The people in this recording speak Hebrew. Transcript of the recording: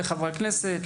לחברי הכנסת,